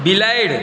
बिलाड़ि